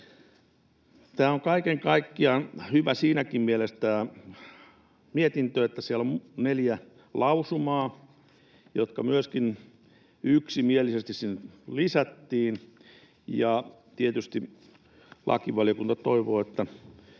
on kaiken kaikkiaan hyvä siinäkin mielessä, että siellä on neljä lausumaa, jotka myöskin yksimielisesti sinne lisättiin. Tietysti lakivaliokunta toivoo, että